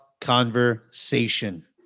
conversation